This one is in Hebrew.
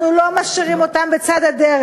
אנחנו לא משאירים אותם בצד הדרך.